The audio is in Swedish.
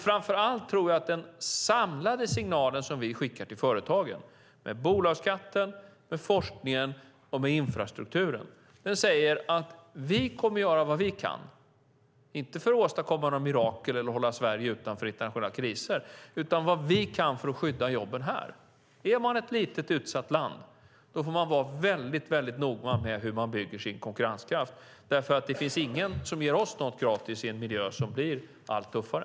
Framför allt tror jag att den samlade signalen som vi skickar till företagen med bolagsskatten, med forskningen och med infrastrukturen är att vi kommer att göra vad vi kan, inte för att åstadkomma några mirakel eller hålla Sverige utanför internationella kriser utan för att skydda jobben här. Är man ett litet utsatt land får man vara väldigt noga med hur man bygger sin konkurrenskraft, därför att det finns ingen som ger oss något gratis i en miljö som blir allt tuffare.